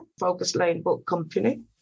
focuslanebookcompany